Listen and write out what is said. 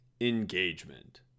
engagement